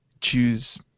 choose –